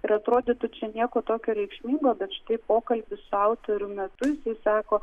ir atrodytų čia nieko tokio reikšmingo bet štai pokalbis su autorium metus jis sako